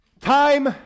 Time